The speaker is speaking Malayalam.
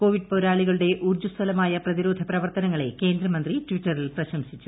കോവിഡ് പോരാളികളുടെ ഊർജ്ജസ്വലമായ പ്രത്യിരോധ പ്രവർത്തനങ്ങളെ കേന്ദ്രമന്ത്രി ട്വിറ്ററിൽ പ്രശംസിച്ചു